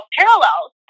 parallels